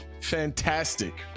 fantastic